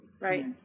Right